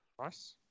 Nice